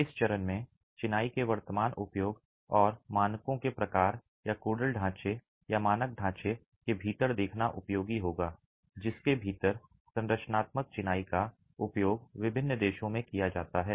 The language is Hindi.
इस चरण में चिनाई के वर्तमान उपयोग और मानकों के प्रकार या कोडल ढांचे या मानक ढांचे के भीतर देखना उपयोगी होगा जिसके भीतर संरचनात्मक चिनाई का उपयोग विभिन्न देशों में किया जाता है